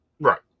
Right